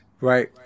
Right